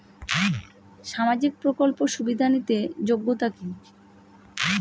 সামাজিক প্রকল্প সুবিধা নিতে যোগ্যতা কি?